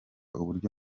uburyo